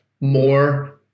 more